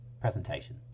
Presentation